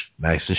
nice